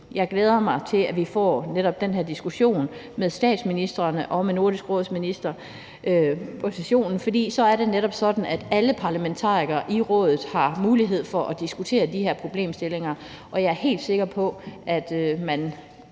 Jeg glæder mig netop til, at vi får den her diskussion med statsministrene og med Nordisk Råds ministre på sessionen, for så har alle parlamentarikere i rådet mulighed for at diskutere de her problemstillinger, og jeg er helt sikker på, at man